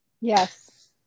yes